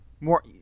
more